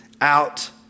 out